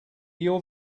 your